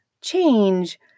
change